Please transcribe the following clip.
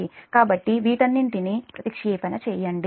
కాబట్టి వీటన్నింటినీ ప్రతిక్షేపణ చేయండి